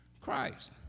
Christ